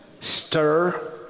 stir